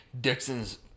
dixon's